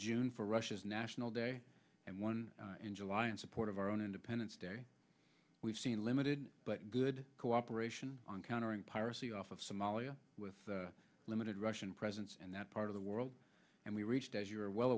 june for russia's national day and one in july in support of our own independence day we've seen limited but good cooperation on countering piracy off of somalia with a limited russian presence in that part of the world and we reached as you're well